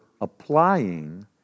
applying